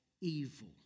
evil